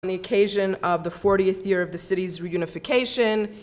On the occasion of the 40th year of the city's reunification.